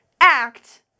act